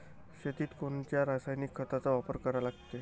शेतीत कोनच्या रासायनिक खताचा वापर करा लागते?